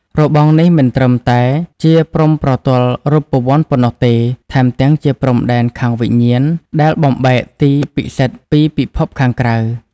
របងនេះមិនត្រឹមតែជាព្រំប្រទល់រូបវន្តប៉ុណ្ណោះទេ ថែមទាំងជាព្រំដែនខាងវិញ្ញាណដែលបំបែកទីពិសិដ្ឋពីពិភពខាងក្រៅ។